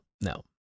no